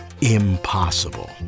impossible